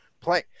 play